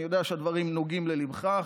אני יודע שהדברים נוגעים לליבך,